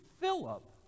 Philip